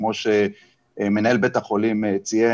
כמו שמנהל בית החולים ציין,